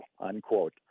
unquote